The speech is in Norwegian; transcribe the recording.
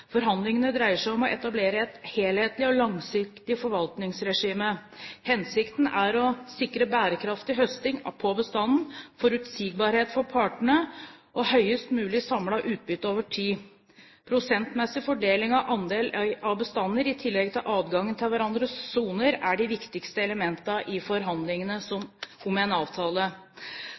Forhandlingene dreier seg om å etablere et helhetlig og langsiktig forvaltningsregime. Hensikten er å sikre bærekraftig høsting av bestanden, forutsigbarhet for partene og høyest mulig samlet utbytte over tid. Prosentmessig fordeling av andeler i bestanden, i tillegg til adgang til hverandres soner, er de viktigste elementene i forhandlingene om en avtale.